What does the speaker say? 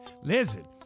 listen